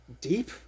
deep